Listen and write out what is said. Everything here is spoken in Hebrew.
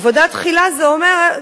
עבודה תחילה זה אומר,